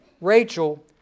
Rachel